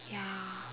ya